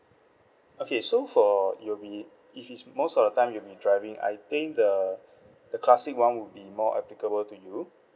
okay so for it'll be if it's most of the time you'll be driving I think the the classic one will be more applicable to you